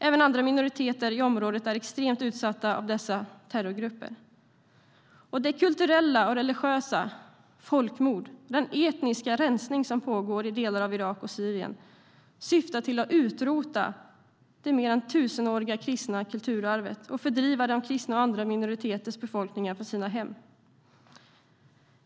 Även andra minoriteter i området är extremt utsatta av dessa terrorgrupper. Det kulturella och religiösa folkmord och den etniska rensning som pågår i delar av Irak och Syrien syftar till att utrota det mer än tusenåriga kristna kulturarvet och fördriva kristna och andra minoriteters befolkningar från sina hem.